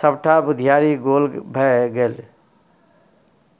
सभटा बुघियारी गोल भए गेलै